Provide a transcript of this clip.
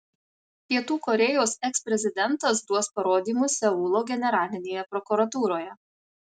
pietų korėjos eksprezidentas duos parodymus seulo generalinėje prokuratūroje